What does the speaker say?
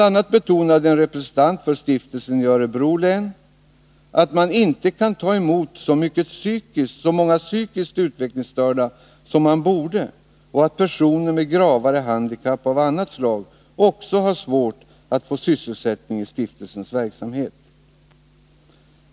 a. betonade en representant för stiftelsen i Örebro län att man inte kan ta emot så många psykiskt utvecklingsstörda som man borde och att personer med gravare handikapp av annat slag också har svårt att få sysselsättning i stiftelsens verksamhet.